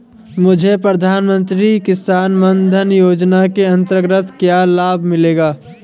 मुझे प्रधानमंत्री किसान मान धन योजना के अंतर्गत क्या लाभ मिलेगा?